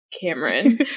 Cameron